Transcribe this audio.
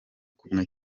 kumwe